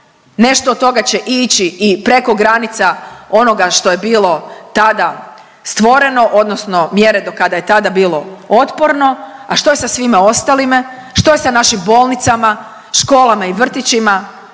nešto od toga će ići i preko granica onoga što je bilo tada stvoreno odnosno mjere do kada je tada bilo otporno, a što je sa svime ostalime, što je sa našim bolnicama, školama i vrtićima